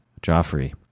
Joffrey